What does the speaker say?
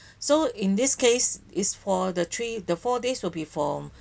so in this case is for the three the four days will be for